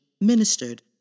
ministered